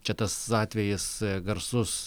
čia tas atvejis garsus